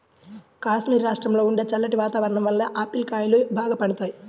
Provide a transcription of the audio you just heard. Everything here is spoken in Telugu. కాశ్మీరు రాష్ట్రంలో ఉండే చల్లటి వాతావరణం వలన ఆపిల్ కాయలు బాగా పండుతాయి